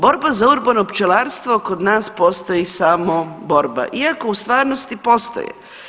Borba za urbano pčelarstvo kod nas postoji samo borba, iako u stvarnosti postoje.